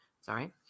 sorry